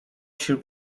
się